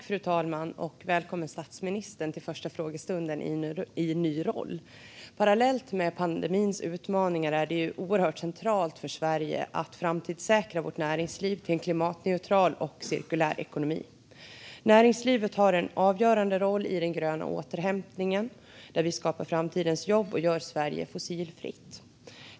Fru talman! Välkommen, statsministern, till den första frågestunden i en ny roll! Parallellt med pandemins utmaningar är det oerhört centralt för Sverige att framtidssäkra vårt näringsliv för en klimatneutral och cirkulär ekonomi. Näringslivet har en avgörande roll i den gröna återhämtningen, där vi skapar framtidens jobb och gör Sverige fossilfritt.